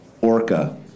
Orca